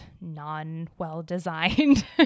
non-well-designed